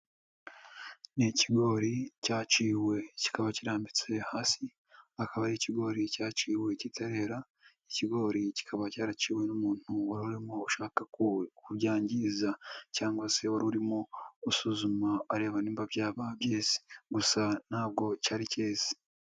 Ni ikigori cyaciwe kikaba kirambitse hasi, akaba ari ikigori cyaciwe kitarere ikigori kikaba cyaraciwe n'umuntu waririmo ushaka kubyangiza cyangwa se warurimo gusuzuma, areba nimba byaba byeze, gusa ntabwo cyari kize.